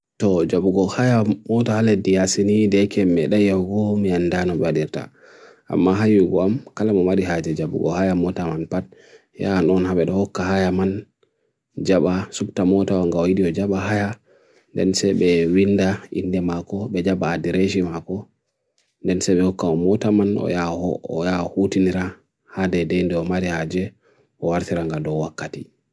To jabugokha ya mota hale diya sini de ke mede yogo miyanda nubadeta. Maha yogo am kalam omari haji jabugokha ya mota man pad. Ya anon habedo hoka haya man jaba, subta mota wangawidyo jaba haya. Dense be winda indema ko, be jaba adi reishima ko. Dense be hoka omotaman oya hootinira hade dende omari haji owa arthiranga doa wakati.